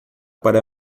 para